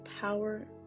power